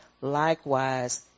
Likewise